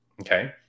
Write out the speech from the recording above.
Okay